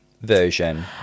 version